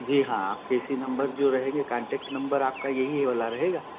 जी हाँ आपके इसी नंबर जो रहेंगे कान्टैक्ट नंबर आपका यही वाला रहेगा